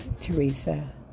Teresa